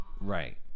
Right